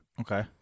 Okay